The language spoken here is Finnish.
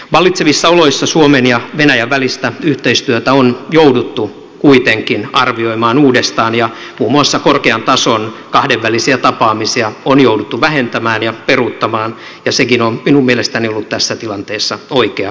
vallitsevissa oloissa suomen ja venäjän välistä yhteistyötä on jouduttu kuitenkin arvioimaan uudestaan ja muun muassa korkean tason kahdenvälisiä tapaamisia on jouduttu vähentämään ja peruuttamaan ja sekin on minun mielestäni ollut tässä tilanteessa oikea ratkaisu